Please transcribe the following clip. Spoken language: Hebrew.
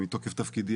מתוקף תפקידי,